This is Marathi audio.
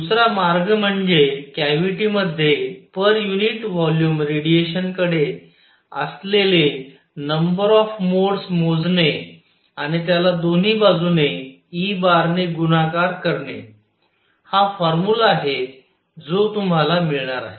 दुसरा मार्ग म्हणजे कॅव्हिटी मध्ये पर युनिट व्हॉल्युम रेडिएशन कडे असलेले नंबर ऑफ मोडस मोजणे आणि त्याला दोन्ही बाजूने E ने गुणाकार करणे हा फॉर्मुला आहे जो तुम्हाला मिळणार आहे